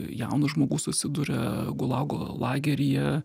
jaunas žmogus susiduria gulago lageryje